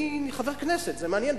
אני חבר כנסת, זה מעניין.